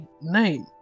name